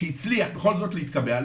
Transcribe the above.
שהצליח בכל זאת להתקבע,